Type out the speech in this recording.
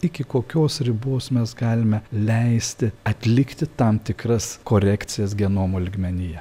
iki kokios ribos mes galime leisti atlikti tam tikras korekcijas genomo lygmenyje